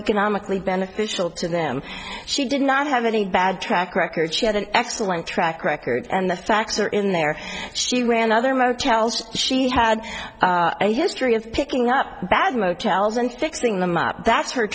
economically beneficial to them she did not have any bad track record she had an excellent track record and the facts are in there she ran other motels she had a history of picking up bad motels and fixing them up that's her